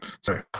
sorry